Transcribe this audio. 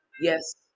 yes